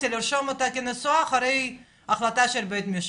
לרשום אותה כנשואה אחרי החלטה של בית משפט.